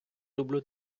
люблю